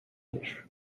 lixo